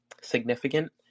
significant